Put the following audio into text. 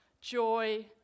joy